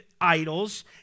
idols